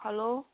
hello